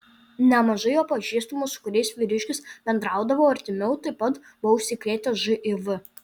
nemažai jo pažįstamų su kuriais vyriškis bendraudavo artimiau taip pat buvo užsikrėtę živ